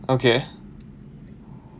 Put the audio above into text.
okay